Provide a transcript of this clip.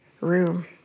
room